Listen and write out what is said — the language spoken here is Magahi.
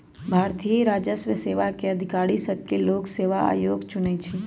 भारतीय राजस्व सेवा के अधिकारि सभके लोक सेवा आयोग चुनइ छइ